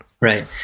Right